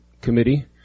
committee